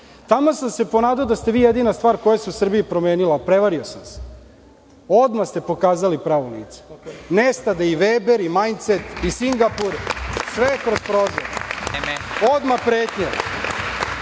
Taman sam se ponadao da ste vi jedina stvar koja se u Srbiji promenila – prevario sam se. Odmah ste pokazali pravo lice. Nestade i Veber i majice, i Singapur, sve kroz prozor.(Predsednik: